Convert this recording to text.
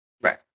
Right